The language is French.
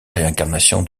réincarnation